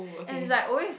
and like always